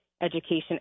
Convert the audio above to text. education